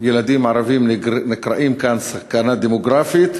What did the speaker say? שילדים ערבים נקראים כאן "סכנה דמוגרפית",